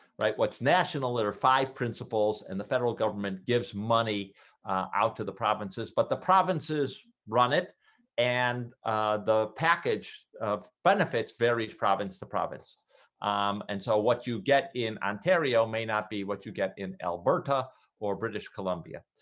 right? what's national there are five principles and the federal government gives money out to the provinces, but the provinces run it and the package of benefits varies province to province um and so what you get in ontario may not be what you get in alberta or british columbia,